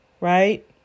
right